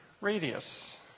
radius